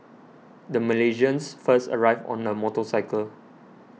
the Malaysians first arrived on a motorcycle